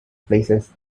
places